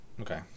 Okay